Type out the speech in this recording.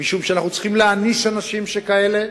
משום שאנחנו צריכים להעניש אנשים שכאלה.